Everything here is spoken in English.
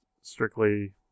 strictly